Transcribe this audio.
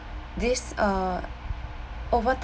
this uh over tim~